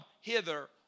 hither